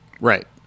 right